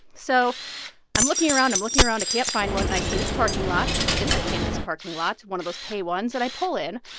so i'm looking around and looking around. i can't find one. and i see this parking lot. it is a campus parking lot, one of those pay ones. and i pull in,